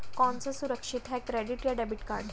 कौन सा सुरक्षित है क्रेडिट या डेबिट कार्ड?